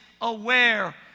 aware